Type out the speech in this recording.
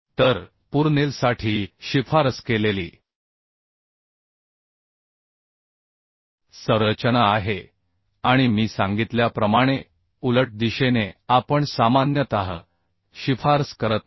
तर पूर्नेलसाठी ही शिफारस केलेली संरचना आहे आणि मी सांगितल्याप्रमाणे उलट दिशेने आम्ही सामान्यतः शिफारस करत नाही